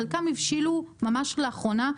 חלקם הבשילו ממש לאחרונה,